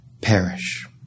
perish